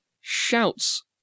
shouts